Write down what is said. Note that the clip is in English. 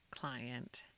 client